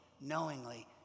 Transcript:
knowingly